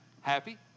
Happy